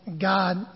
God